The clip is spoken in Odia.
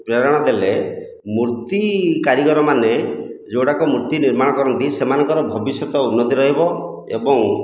ପ୍ରେରଣା ଦେଲେ ମୂର୍ତ୍ତି କାରିଗରମାନେ ଯେଉଁ ଗୁଡ଼ାକ ମୂର୍ତ୍ତି ନିର୍ମାଣ କରନ୍ତି ସେମାନଙ୍କର ଭବିଷ୍ୟତ ଉନ୍ନତି ରହିବ ଏବଂ